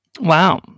wow